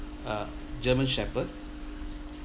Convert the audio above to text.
a german shepherd